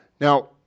Now